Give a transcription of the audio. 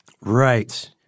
Right